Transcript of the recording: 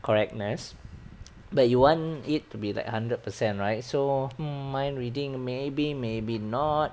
correctness but you want it to be like hundred percent right so mm mind reading maybe maybe not